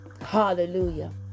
Hallelujah